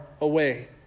away